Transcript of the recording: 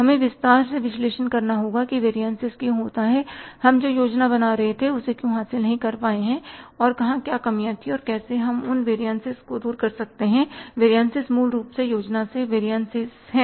हमें विस्तार से विश्लेषण करना होगा कि वेरियनसिसक्यों होता है हम जो योजना बना रहे थे उसे क्यों हासिल नहीं कर पाए और कहाँ क्या कमियाँ थीं और कैसे हम उन वेरियनसिस को दूर कर सकते हैं वेरियनसिसमूल रूप से योजना से वेरियनसिस हैं